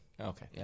Okay